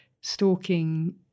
stalking